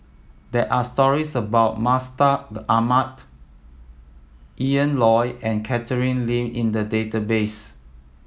there are stories about Mustaq Ahmad Ian Loy and Catherine Lim in the database